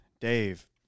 Dave